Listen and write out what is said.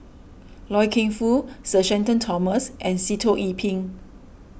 Loy Keng Foo Sir Shenton Thomas and Sitoh Yih Pin